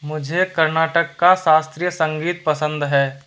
मुझे कर्नाटक का शास्त्रीय संगीत पसंद है